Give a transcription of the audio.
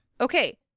Okay